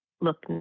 look